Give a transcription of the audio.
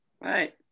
right